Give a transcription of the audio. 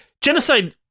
genocide